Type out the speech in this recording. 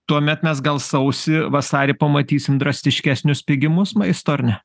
tuomet mes gal sausį vasarį pamatysim drastiškesnis pigimus maisto ar ne